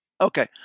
Okay